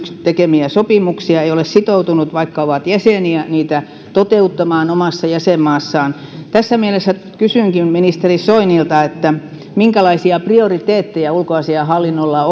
tekemiä sopimuksia ei ole sitoutunut vaikka ovat jäseniä niitä toteuttamaan omassa jäsenmaassaan tässä mielessä kysynkin ministeri soinilta minkälaisia prioriteetteja ulkoasiainhallinnolla